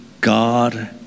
God